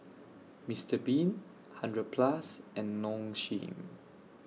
Mister Bean hundred Plus and Nong Shim